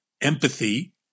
empathy